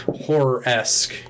horror-esque